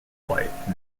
wife